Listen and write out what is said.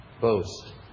boast